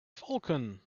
falcon